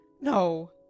No